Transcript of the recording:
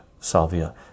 salvia